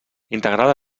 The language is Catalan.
integrada